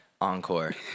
Encore